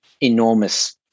enormous